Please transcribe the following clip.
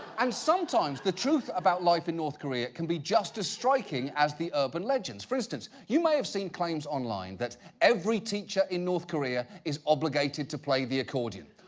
and sometimes, the truth about life in north korea can be just as striking as the urban legends. for instance, you may have seen claims online that every teacher in north korea is obligated to play the accordion.